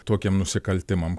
tokiem nusikaltimam